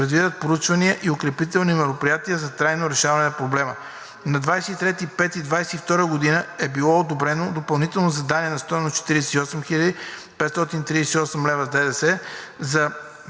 предвидят проучвания и укрепителни мероприятия за трайно решаване на проблема. На 23 май 2022 г. е било одобрено допълнително задание на стойност 48 538 лв. с ДДС за